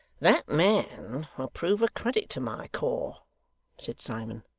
that man will prove a credit to my corps said simon,